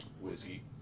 Whiskey